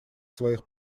своих